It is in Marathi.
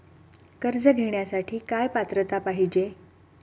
कर्ज घेण्यासाठी काय पात्रता पाहिजे?